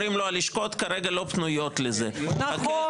אומרים לו: הלשכות לא פנויות לזה כרגע.